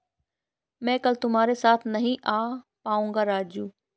मैं कल तुम्हारे साथ नहीं आ पाऊंगा राजू